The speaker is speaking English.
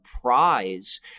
Prize